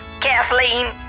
Kathleen